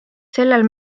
sellel